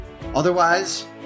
otherwise